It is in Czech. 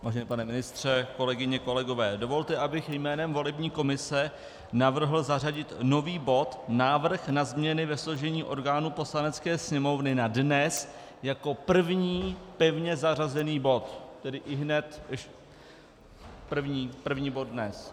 Vážený pane ministře, kolegyně, kolegové, dovolte, abych jménem volební komise navrhl zařadit nový bod Návrh na změny ve složení orgánů Poslanecké sněmovny na dnes jako první pevně zařazený bod, tedy ihned, první bod dnes.